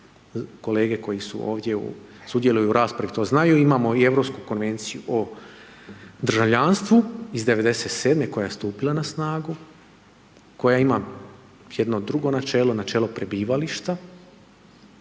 kolege koji su ovdje, sudjeluju u raspravi to znaju, imamo i Europsku konvenciju o državljanstvu iz 97-e koje je stupila na snagu, koja ima jedno drugo načelo, načelo prebivališta